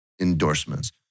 endorsements